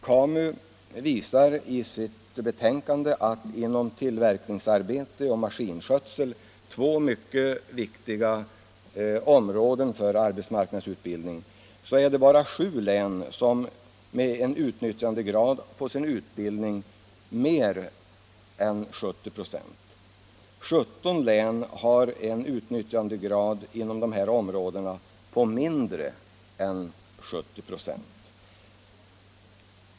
KAMU visar i sitt betänkande att i fråga om tillverkningsarbete och maskinskötsel — två mycket viktiga områden för arbetsmarknadsutbildning — är det bara sju län som har en utnyttjandegrad i sin utbildning på mer än 70 96. I 17 län har man en utnyttjandegrad inom dessa områden på mindre än 70 96.